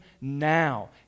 now